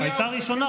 הייתה ראשונה,